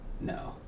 no